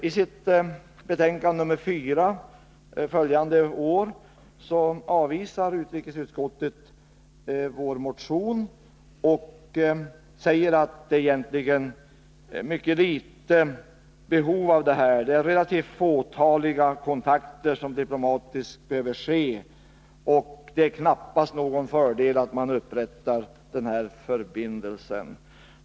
I sitt betänkande nr 4 påföljande år avvisade utrikesutskottet vår motion och sade att behovet är mycket litet, att de kontakter som behöver ske diplomatiskt är relativt fåtaliga och att det knappast är någon fördel att upprätta en sådan här förbindelse.